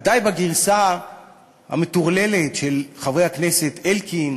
ודאי בגרסה המטורללת של חברי הכנסת אלקין